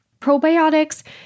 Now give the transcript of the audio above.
Probiotics